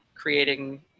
creating